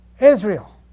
Israel